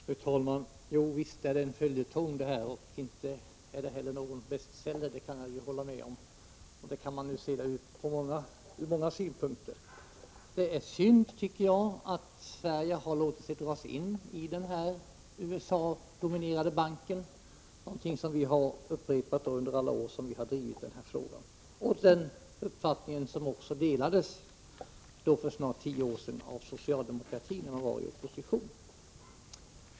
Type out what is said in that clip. Fru talman! Ja visst är detta en följetong och inte är det någon bestseller, det kan jag hålla med om. Det kan man se ur många synpunkter. Det är synd, tycker jag, att Sverige har låtit sig dras in i denna USA-dominerade bank. Det är någonting som vi har upprepat under alla år som vi har drivit den här frågan. Den uppfattningen delades av socialdemokratin på den tiden, för snart tio år sedan, då man var i opposition.